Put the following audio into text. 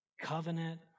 covenant